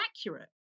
accurate